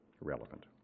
relevant